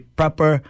proper